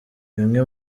bimwe